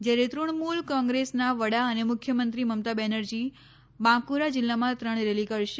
જ્યારે તૃણમૂલ કોંગ્રેસના વડા અને મુખ્યમંત્રી મમતા બેનરજી બાંકુરા જિલ્લામાં ત્રણ રેલી કરશે